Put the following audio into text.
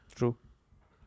True